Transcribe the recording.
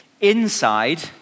inside